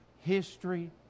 history